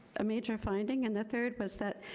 a major finding, and the third was that